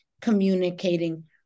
communicating